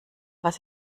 was